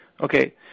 Okay